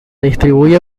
distribuye